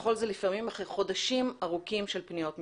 כל זה לפעמים אחרי חודשים ארוכים של פניות מצדם.